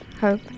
Hope